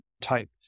type